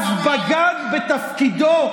שהציע את מתווה הכותל ואז בגד בתפקידו לשמור